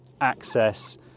access